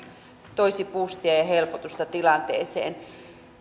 toisi buustia ja ja helpotusta tilanteeseen